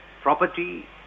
property